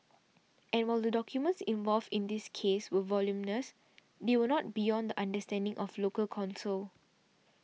and while the documents involved in this case were voluminous they were not beyond the understanding of local counsel